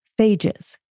phages